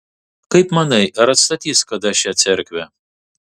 kaip manai ar atstatys kada šią cerkvę